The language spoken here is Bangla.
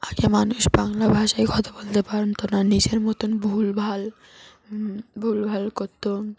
আগে মানুষ বাংলা ভাষায় কথা বলতে পারত না নিজের মতন ভুলভাল ভুলভাল করত